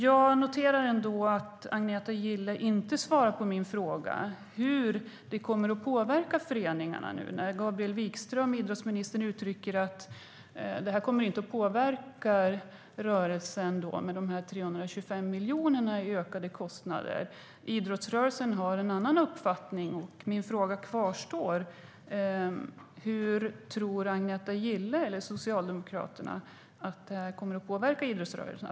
Jag noterar att Agneta Gille inte svarar på min fråga om hur det här kommer att påverka föreningarna. Idrottsminister Gabriel Wikström uttrycker att 325 miljoner i ökade kostnader inte kommer att påverka rörelsen. Idrottsrörelsen har en annan uppfattning. Min fråga kvarstår: Hur tror Socialdemokraterna att det här kommer att påverka idrottsrörelsen?